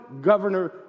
governor